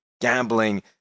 gambling